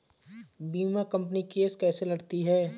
बीमा company case कैसे लड़ती है?